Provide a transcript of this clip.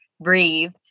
breathe